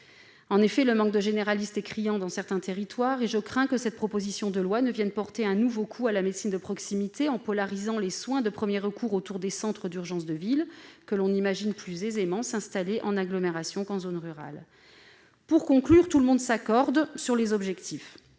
En effet, le manque de généralistes est criant dans certains territoires, et je crains que cette proposition de loi ne vienne porter un nouveau coup à la médecine de proximité, en polarisant les soins de premier recours autour des centres d'urgence de ville, que l'on imagine plus aisément s'installer en agglomération qu'en zone rurale. Pour conclure, je dirai que tout le monde s'accorde sur les objectifs